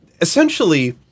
essentially